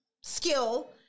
skill